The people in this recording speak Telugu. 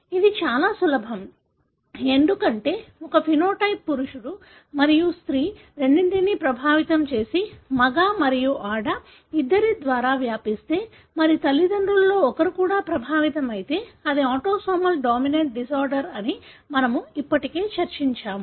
ఇది చాలా సులభం ఎందుకంటే ఒక ఫెనోటైప్ పురుషుడు మరియు స్త్రీ రెండింటినీ ప్రభావితం చేసి మగ మరియు ఆడ ఇద్దరి ద్వారా వ్యాపిస్తే మరియు తల్లిదండ్రులలో ఒకరు కూడా ప్రభావితమైతే అది ఆటోసోమల్ డామినెంట్ డిజార్డర్ అని మనము ఇప్పటికే చర్చించాము